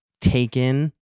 taken